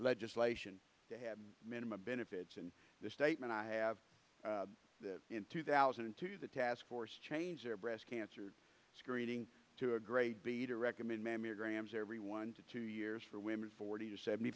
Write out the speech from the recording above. legislation to have minimum benefits and the statement i have in two thousand and two the task force change their breast cancer screening to a grade b to recommend mammograms every one to two years for women forty to seventy